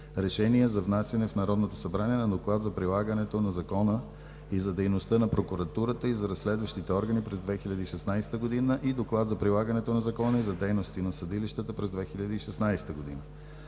решения за внасяне в Народното събрание на доклад за прилагането на закона и за дейността на прокуратурата, и за разследващите органи през 2016 г. и доклад за прилагането на закона и за дейности на съдилищата през 2016 г.